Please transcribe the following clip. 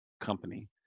company